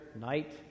night